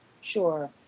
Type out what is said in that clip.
Sure